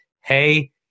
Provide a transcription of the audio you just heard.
Hey